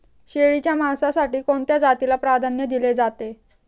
शेळीच्या मांसासाठी कोणत्या जातीला प्राधान्य दिले जाते?